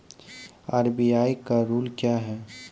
RBI का rule क्या हैं?